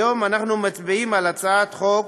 היום אנחנו מצביעים על הצעת חוק